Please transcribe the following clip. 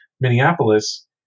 Minneapolis